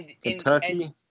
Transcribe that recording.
Kentucky